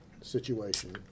situation